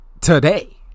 today